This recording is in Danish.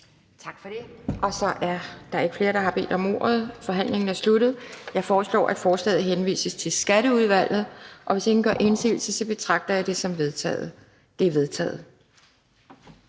Skaarup. Da der ikke er flere, som har bedt om ordet, er forhandlingen sluttet. Jeg foreslår, at forslaget henvises til Retsudvalget. Hvis ingen gør indsigelse, betragter jeg det som vedtaget. Det er vedtaget.